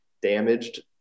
damaged